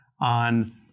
on